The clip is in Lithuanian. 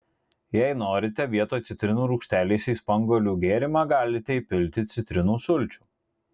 jei norite vietoj citrinų rūgštelės į spanguolių gėrimą galite įpilti citrinų sulčių